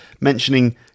mentioning